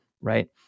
right